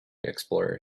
explorer